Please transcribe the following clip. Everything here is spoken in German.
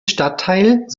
stadtteil